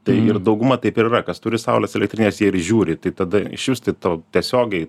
tai ir dauguma taip ir yra kas turi saulės elektrines jie ir žiūri tai tada išvis tai tau tiesiogiai